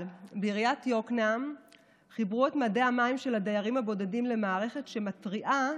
אנו מבקשים, במידה ובמשורה,